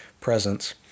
presence